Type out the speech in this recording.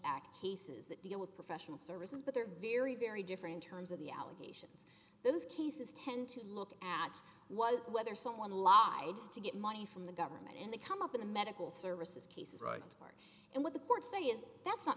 act cases that deal with professional services but they're very very different terms of the allegations those cases tend to look at was whether someone lived to get money from the government in the come up in the medical services cases right and what the courts say is that's not